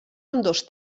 ambdós